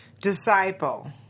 disciple